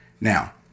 Now